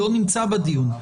ונציגו לא נמצא בדיון.